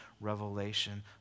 revelation